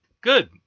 Good